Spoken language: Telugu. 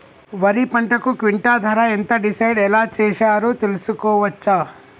వరి పంటకు క్వింటా ధర ఎంత డిసైడ్ ఎలా చేశారు తెలుసుకోవచ్చా?